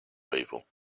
people